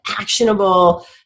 actionable